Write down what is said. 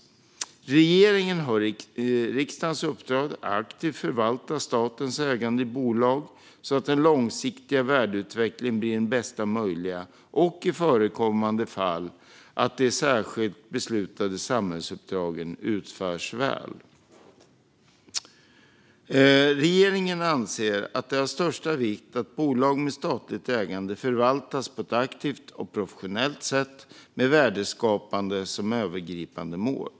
Regeringen har riksdagens uppdrag att aktivt förvalta statens ägande i bolag så att den långsiktiga värdeutvecklingen blir den bästa möjliga och, i förekommande fall, att de särskilt beslutade samhällsuppdragen utförs väl. Regeringen anser att det är av största vikt att bolag med statligt ägande förvaltas på ett aktivt och professionellt sätt med värdeskapande som övergripande mål.